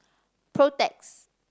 protex